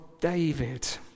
David